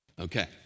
Okay